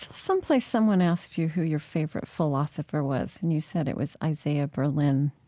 someplace someone asked you who your favorite philosopher was and you said it was isaiah berlin.